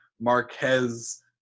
Marquez